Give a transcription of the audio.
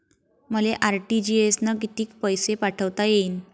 मले आर.टी.जी.एस न कितीक पैसे पाठवता येईन?